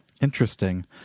Interesting